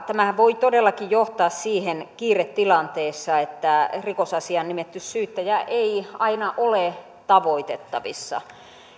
tämähän voi todellakin johtaa kiiretilanteessa siihen että rikosasiaan nimetty syyttäjä ei aina ole tavoittavissa